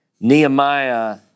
Nehemiah